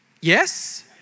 Yes